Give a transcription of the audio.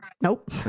nope